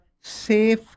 safe